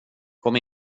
kom